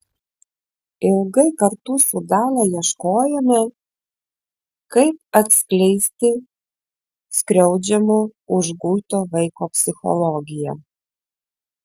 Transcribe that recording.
ilgai kartu su dalia ieškojome kaip atskleisti skriaudžiamo užguito vaiko psichologiją